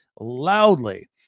loudly